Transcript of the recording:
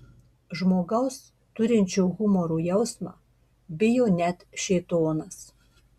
žmogaus turinčio humoro jausmą bijo net šėtonas